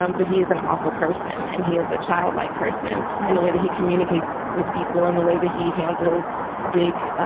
um but he is an awful person and he is a child-like person in the way that he communicates with people, in the way that he handles big.